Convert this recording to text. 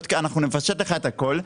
אנחנו נפשט לך את הכול,